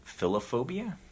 philophobia